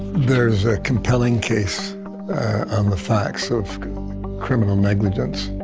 there's a compelling case on the facts of criminal negligence.